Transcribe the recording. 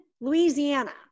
Louisiana